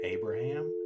Abraham